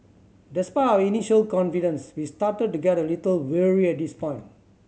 despite our initial confidence we started to get a little wary at this point